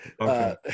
Okay